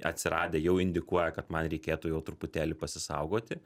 atsiradę jau indikuoja kad man reikėtų jau truputėlį pasisaugoti